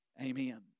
Amen